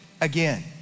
again